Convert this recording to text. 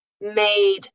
made